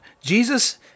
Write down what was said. Jesus